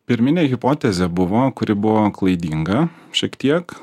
pirminė hipotezė buvo kuri buvo klaidinga šiek tiek